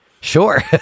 Sure